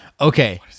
Okay